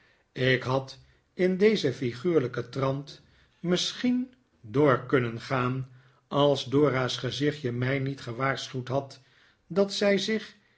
ik had in dezen figuurlijken trant misschien door kunnen gaan als dora's gezichtje mij niet gewaarschuwd had dat zij zich